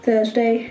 Thursday